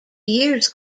years